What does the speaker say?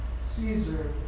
Caesar